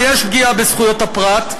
ויש פגיעה בזכויות הפרט,